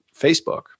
Facebook